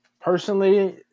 Personally